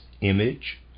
image